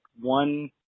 one